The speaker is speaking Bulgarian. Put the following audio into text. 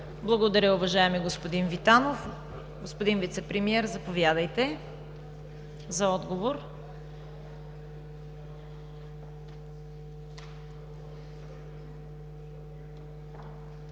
Благодаря, уважаеми господин Витанов. Господин Вицепремиер, заповядайте за отговор.